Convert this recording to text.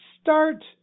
start